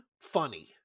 funny